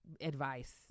advice